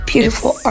Beautiful